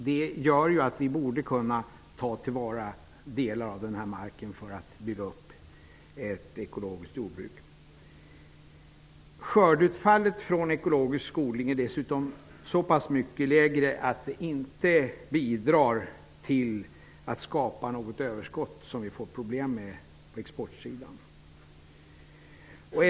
Det gör att vi borde kunna ta till vara delar av den här marken för att bygga upp ett ekologiskt jordbruk. Sköredeutfallet från en ekologisk odling är dessutom så pass mycket lägre att det inte bidrar till att skapa något överskott som vi får problem med på exportsidan.